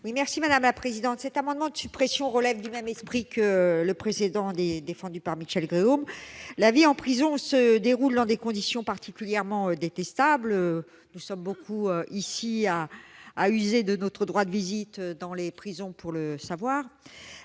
à Mme Éliane Assassi. Cet amendement de suppression relève du même esprit que le précédent, défendu par Michelle Gréaume. La vie en prison se déroule dans des conditions particulièrement détestables. Nous sommes assez nombreux ici à user de notre droit de visite dans les établissements